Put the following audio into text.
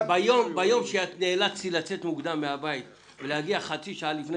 ביום שנאלצתי לצאת מוקדם מהבית ולהגיע חצי שעה לפני